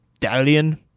Dalian